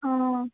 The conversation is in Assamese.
অঁ